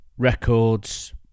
records